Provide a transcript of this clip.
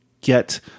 get